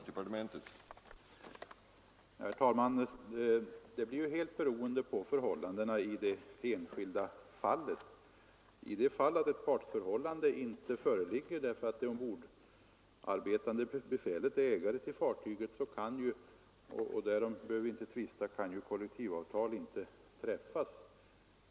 Herr talman! Det blir helt beroende på förhållandena i det enskilda fallet. I det fall då ett partsförhållande inte föreligger därför att det ombordarbetande befälet är ägare till fartyget kan ju — därom behöver vi inte tvista — kollektivavtal inte träffas.